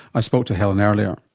i spoke to helen earlier.